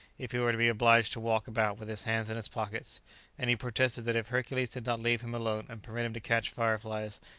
if he were to be obliged to walk about with his hands in his pockets and he protested that if hercules did not leave him alone and permit him to catch fire-flies,